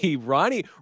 Ronnie